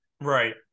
right